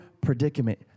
predicament